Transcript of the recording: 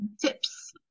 tips